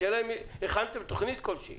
השאלה אם הכנתם תוכנית כלשהי.